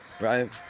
right